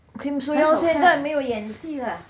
kim soo hyun 现在没有演戏了